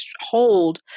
hold